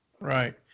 Right